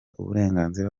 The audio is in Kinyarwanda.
uburenganzira